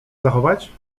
zachować